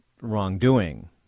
wrongdoing